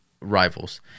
rivals